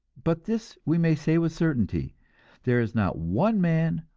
but this we may say with certainty there is not one man,